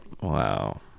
Wow